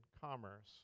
commerce